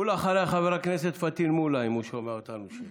אחריה, חבר הכנסת פטין מולא, אם הוא שומע אותנו.